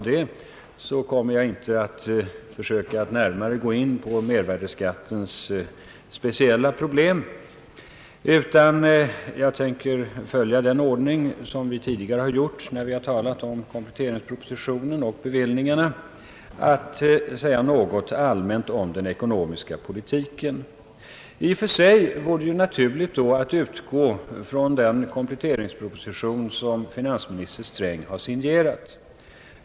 Jag kommer inte att närmare gå in på mervärdeskattens speciella problem, utan jag tänker följa den ordning som vi tidigare har haft när vi har talat om kompletteringspropositionen och bevillningarna, nämligen säga något allmänt om den ekonomiska politiken. I och för sig vore det då naturligt att utgå från den kompletteringsproposi tion som finansminister Sträng har signerat.